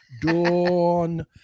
Dawn